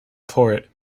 port